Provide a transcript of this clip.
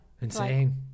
Insane